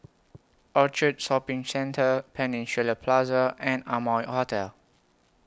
Orchard Shopping Centre Peninsula Plaza and Amoy Hotel